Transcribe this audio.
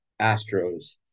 Astros